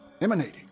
Emanating